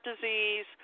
disease